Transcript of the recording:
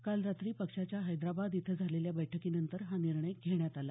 काल रात्री पक्षाच्या हैद्राबाद इथं झालेल्या बैठकीनंतर हा निर्णय घेण्यात आला